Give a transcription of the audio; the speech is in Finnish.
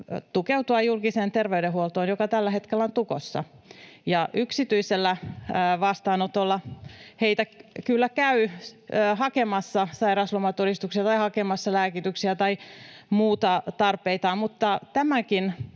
tukeutua julkiseen terveydenhuoltoon, joka tällä hetkellä on tukossa. Yksityisellä vastaanotolla heitä kyllä käy hakemassa sairauslomatodistuksia tai hakemassa lääkityksiä tai muita tarpeitaan, mutta tämänkin